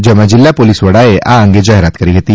જેમાં જિલ્લા પોલીસ વડાએ આ અંગે જાહેરાત કરી હતી